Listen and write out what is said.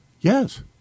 Yes